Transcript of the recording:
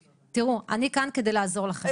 תראו, אני כאן כדי לעזור לכם.